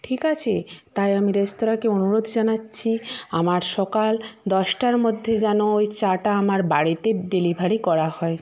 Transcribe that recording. ঠিক আছে তাই আমি রেস্তোরাঁকে অনুরোধ জানাচ্ছি আমার সকাল দশটার মধ্যে যেন ওই চাটা আমার বাড়িতে ডেলিভারি করা হয়